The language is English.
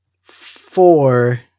four